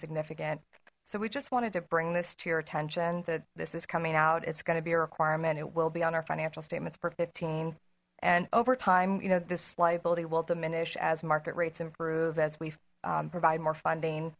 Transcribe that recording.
significant so we just wanted to bring this to your attention that this is coming out it's going to be a requirement it will be on our financial statements for fifteen and overtime you know this liability will diminish as market rates improve as we provide more funding